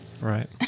Right